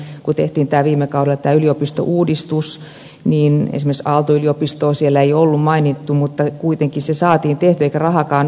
aikaisemminhan kun viime kaudella tehtiin tämä yliopistouudistus esimerkiksi aalto yliopistoa ei siellä ollut mainittu mutta kuitenkin se saatiin tehtyä vaikka rahaakaan ei ollut